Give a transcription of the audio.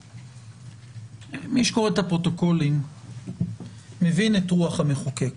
מי שקורא את הפרוטוקולים מבין את רוח המחוקק,